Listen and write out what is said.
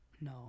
No